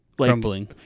Crumbling